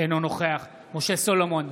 אינו נוכח משה סולומון,